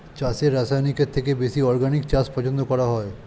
চাষে রাসায়নিকের থেকে বেশি অর্গানিক চাষ পছন্দ করা হয়